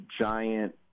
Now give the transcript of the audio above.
giant